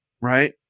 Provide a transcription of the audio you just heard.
Right